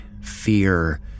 fear